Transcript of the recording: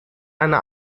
eine